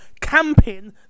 camping